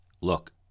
Look